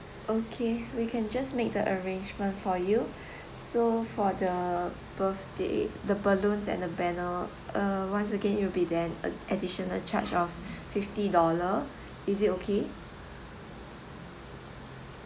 okay we can just make the arrangement for you so for the birthday the balloons and the banner err once again it'll be then a additional charge of fifty dollar is it okay